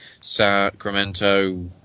Sacramento